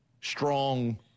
strong